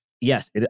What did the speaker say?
yes